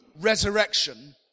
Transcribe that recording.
resurrection